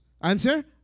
Answer